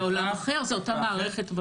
זה אותה מערכת.